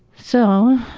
so,